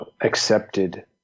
accepted